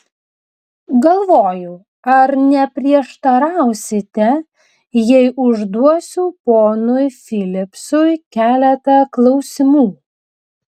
galvoju ar neprieštarausite jei užduosiu ponui filipsui keletą klausimų